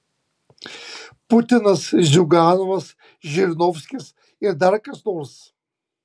putinas ziuganovas žirinovskis ir dar kas nors